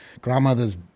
grandmother's